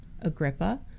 Agrippa